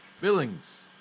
Billings